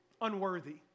unworthy